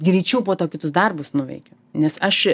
greičiau po to kitus darbus nuveikiu nes aš